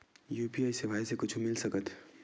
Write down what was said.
UPI सेवाएं से कुछु मिल सकत हे?